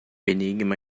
enigma